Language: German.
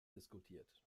diskutiert